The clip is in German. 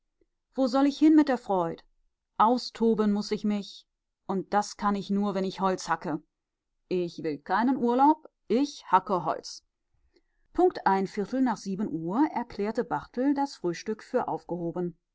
wo soll ich hin mit der freud austoben muß ich mich und das kann ich nur wenn ich holz hacke ich will keinen urlaub ich hacke holz punkt ein viertel nach sieben uhr erklärte barthel das frühstück für aufgehoben